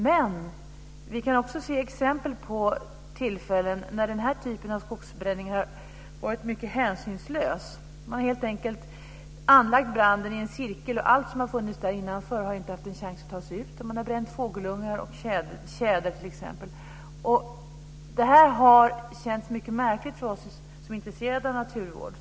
Men vi kan också se exempel på tillfällen där den här typen av skogseldningar varit mycket hänsynslös. Man har helt enkelt anlagt branden i en cirkel, och allt som har funnits där innanför har inte haft en chans att ta sig ut. Man har bränt fågelungar, tjäder t.ex. Det här har känts mycket märkligt för oss som är intresserade av naturvård.